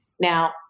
Now